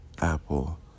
Apple